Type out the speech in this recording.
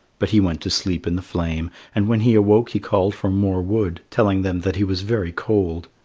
but he went to sleep in the flame and when he awoke he called for more wood, telling them that he was very cold.